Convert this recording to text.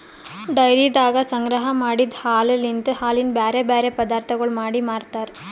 ಡೈರಿದಾಗ ಸಂಗ್ರಹ ಮಾಡಿದ್ ಹಾಲಲಿಂತ್ ಹಾಲಿನ ಬ್ಯಾರೆ ಬ್ಯಾರೆ ಪದಾರ್ಥಗೊಳ್ ಮಾಡಿ ಮಾರ್ತಾರ್